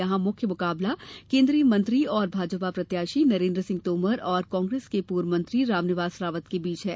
यहां मुख्य मुकाबला केंद्रीय मंत्री और भाजपा प्रत्याशी नरेंद्र सिंह तोमर और कांग्रेस के पूर्व मंत्री रामनिवास रावत के बीच है